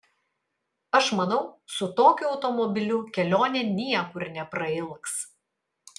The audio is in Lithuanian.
aš manau su tokiu automobiliu kelionė niekur neprailgs